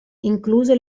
incluse